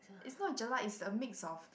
it's not jelat it's a mix of